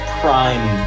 prime